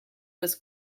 was